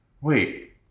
Wait